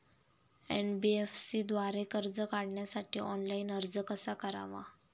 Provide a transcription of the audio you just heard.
NBFC द्वारे कर्ज काढण्यासाठी ऑनलाइन अर्ज कसा करावा?